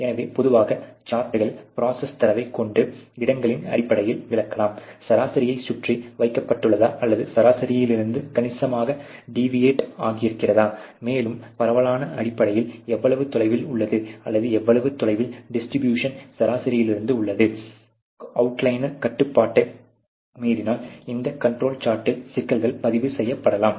எனவே பொதுவாக சார்ட்கள் ப்ரோசஸ் தரவை இரண்டு இடங்களின் அடிப்படையில் விளக்கலாம் சராசரியை சுற்றி வைக்கப்பட்டுள்ளதா அல்லது சராசரியிலிருந்து கணிசமாக டிவியேட் ஆகிறதா மேலும் பரவலானது அடிப்படையில் எவ்வளவு தொலைவில் உள்ளது அல்லது எவ்வளவு தொலைவில் டிஸ்ட்ரிபியூஷன் சராசரியிலிருந்து உள்ளது அவுட்லையர் கட்டுப்பாட்டை மீறினால் இந்த கண்ட்ரோல் சார்ட்டில் சிக்கல்கள் பதிவு செய்யப்படலாம்